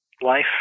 life